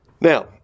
Now